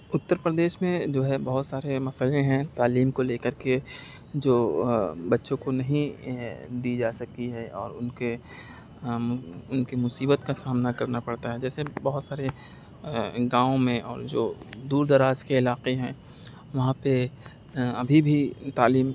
اُترپردیش میں جو ہے بہت سارے مسٔلے ہیں تعلیم کو لے کر کے جو بچوں کو نہیں دی جا سکی ہے اور اُن کے اُن کے مصیبت کا سامنا کرنا پڑتا ہے جیسے بہت سارے گاؤں میں اور جو دور دراز کے علاقے ہیں وہاں پہ ابھی بھی تعلیم